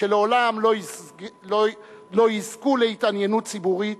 שלעולם לא יזכו להתעניינות ציבורית,